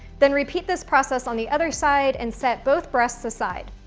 then repeat this process on the other side and set both breasts aside.